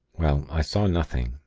well, i saw nothing.